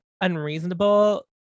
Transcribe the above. unreasonable